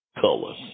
colors